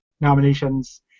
nominations